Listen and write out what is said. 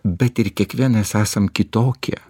bet ir kiekvienas esam kitokie